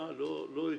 אה, לא הצביע.